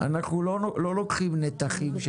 אנחנו לא לוקחים נתחים של